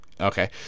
Okay